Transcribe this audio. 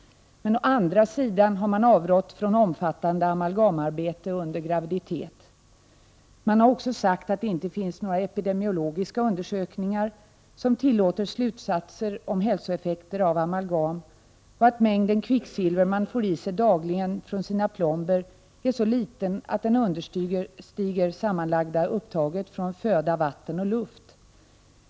Å andra sidan har man avrått från omfattande amalgamarbete under graviditet. Man har också sagt att det inte finns några epidemiologiska undersökningar som tillåter slutsatser om hälsoeffekter av amalgam och att mängden kvicksilver man får i sig dagligen från sina plomber är så liten att den understiger det sammanlagda upptaget från föda, vatten och luft.